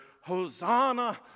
Hosanna